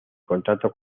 contrato